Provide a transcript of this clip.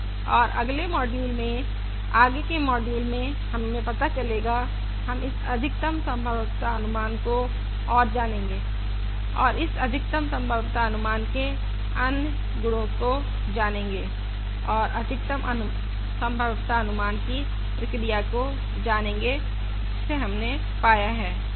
और अगले मॉड्यूल में आगे के मॉड्यूल में हमें पता चलेगा हम इस अधिकतम संभाव्यता अनुमान को और जानेंगे और इस अधिकतम संभाव्यता अनुमान के अन्य गुणों की जानेंगे और अधिकतम संभाव्यता अनुमान की प्रक्रिया को जानेंगे जिसे हमने पाया है